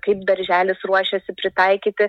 kaip darželis ruošiasi pritaikyti